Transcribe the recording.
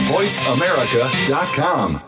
VoiceAmerica.com